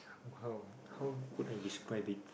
how ah how could I describe it